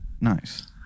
Nice